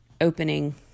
opening